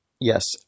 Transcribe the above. Yes